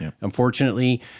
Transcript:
Unfortunately